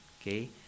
okay